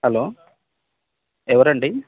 hello ఎవరండి